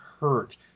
hurt